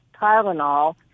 Tylenol